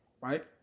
right